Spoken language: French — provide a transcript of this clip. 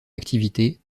activité